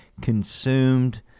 consumed